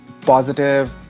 positive